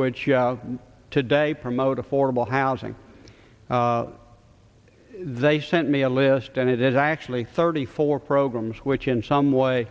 which you today promote affordable housing they sent me a list and it is actually thirty four programs which in some way